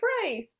price